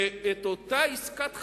ואת אותה עסקת חבילה,